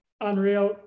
Unreal